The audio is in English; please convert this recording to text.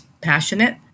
passionate